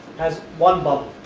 has one bubble.